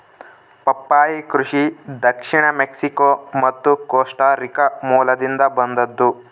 ಪಪ್ಪಾಯಿ ಕೃಷಿ ದಕ್ಷಿಣ ಮೆಕ್ಸಿಕೋ ಮತ್ತು ಕೋಸ್ಟಾರಿಕಾ ಮೂಲದಿಂದ ಬಂದದ್ದು